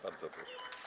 Bardzo proszę.